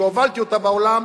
שהובלתי אותה בעולם,